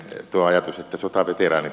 tuo ajatus että sotaveteraanit